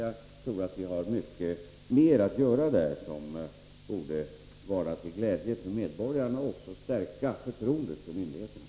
Jag tror att vi har mycket mer att göra där som borde vara till glädje för medborgarna och också stärka förtroendet för myndigheterna.